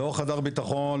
לא חדר ביטחון,